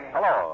Hello